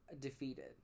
defeated